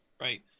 right